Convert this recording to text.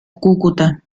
cúcuta